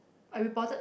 I reported